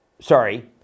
sorry